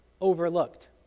overlooked